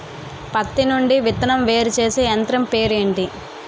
పత్తి నుండి విత్తనం వేరుచేసే యంత్రం పేరు ఏంటి